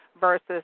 versus